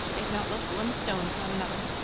they have not left one stone upon another,